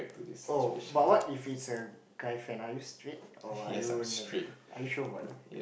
oh but what if it's a guy friend are you straight or are you in love are you sure about that